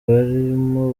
barimu